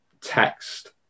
text